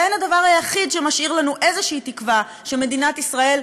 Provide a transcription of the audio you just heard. והן הדבר היחיד שמשאיר לנו איזושהי תקווה שמדינת ישראל,